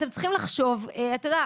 אתה יודע,